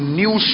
new